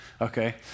Okay